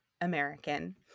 American